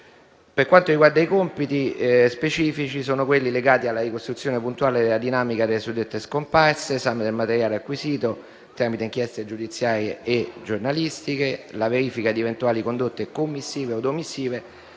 legislatura. I suoi compiti specifici sono legati alla ricostruzione puntuale della dinamica delle suddette scomparse, all'esame del materiale acquisito tramite inchieste giudiziarie e giornalistiche, alla verifica di eventuali condotte commissive od omissive